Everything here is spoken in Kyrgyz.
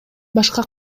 башка